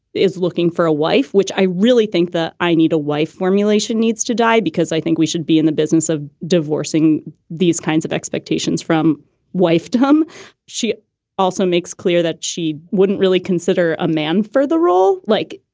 is looking for a wife, which i really think that i need a wife formulation needs to die because i think we should be in the business of divorcing these kinds of expectations from wife to him she also makes clear that she wouldn't really consider a man for the role, like,